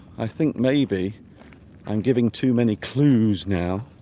i think maybe and giving too many clues now